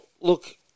look